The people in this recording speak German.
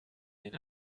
den